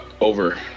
Over